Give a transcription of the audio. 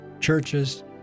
churches